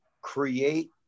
create